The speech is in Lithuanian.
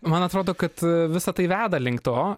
man atrodo kad visa tai veda link to